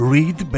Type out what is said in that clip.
Read